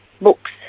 books